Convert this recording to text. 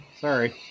Sorry